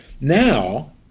Now